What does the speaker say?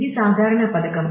ఇది సాధారణ పథకం